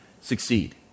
succeed